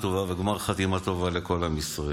חתימה טובה וגמר חתימה טובה לכל עם ישראל.